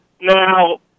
Now